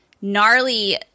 gnarly